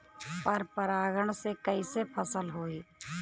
पर परागण से कईसे फसल होई?